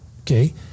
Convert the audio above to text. Okay